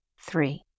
Three